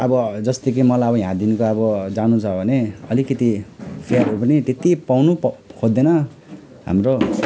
अब जस्तै कि मलाई अब यहाँदेखिको अब जानु छ भने अलिकति फेयरहरू पनि त्यत्ति पाउनु खोज्दैन हामी त